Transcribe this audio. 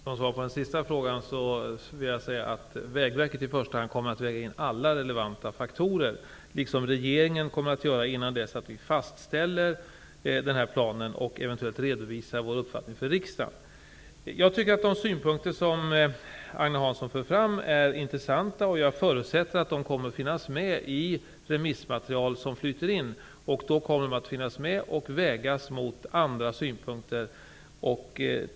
Herr talman! Som svar på den sista frågan vill jag säga att i första hand Vägverket kommer att väga in alla relevanta faktorer. Det kommer vi också att göra i regeringen innan vi fastställer planen och eventuellt redovisar vår uppfattning för riksdagen. De synpunkter som Agne Hansson för fram är intressanta. Jag förutsätter att de kommer att finnas med i det remissmaterial som flyter in. I så fall kommer de att vägas mot andra synpunkter.